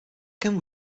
can